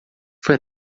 foi